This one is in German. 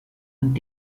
und